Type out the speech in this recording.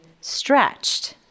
stretched